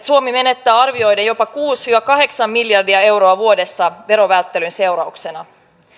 suomi menettää arviolta jopa kuusi viiva kahdeksan miljardia euroa vuodessa verovälttelyn seurauksena